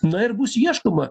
na ir bus ieškoma